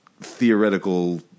theoretical